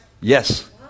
Yes